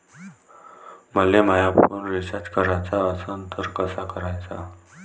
मले माया phone recharge कराचा असन तर कसा कराचा?